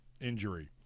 injury